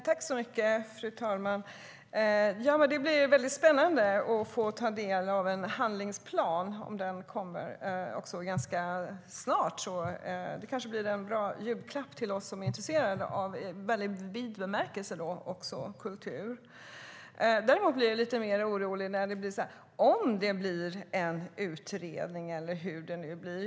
Fru talman! Det ska bli spännande att få ta del av en handlingsplan. Om den kommer ganska snart kanske den blir en bra julklapp till oss som är intresserade av kultur i väldigt vid bemärkelse. Däremot blir jag orolig när jag hör ord som om det blir en utredning eller hur det nu blir.